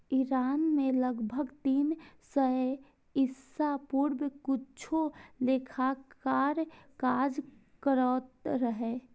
Iran मे लगभग तीन सय ईसा पूर्व किछु लेखाकार काज करैत रहै